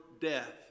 death